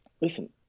listen